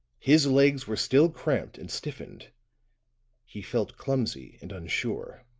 his legs were still cramped and stiffened he felt clumsy and unsure.